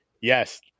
Yes